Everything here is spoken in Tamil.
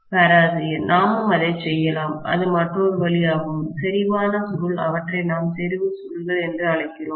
பேராசிரியர் நாமும் அதைச் செய்யலாம் அது மற்றொரு வழி ஆகும் செறிவான சுருள் அவற்றை நாம் செறிவு சுருள்கள் என்று அழைக்கிறோம்